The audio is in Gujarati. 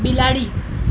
બિલાડી